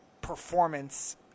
performance